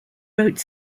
wrote